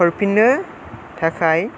हरफिननो थाखाय